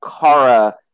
Kara